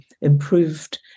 improved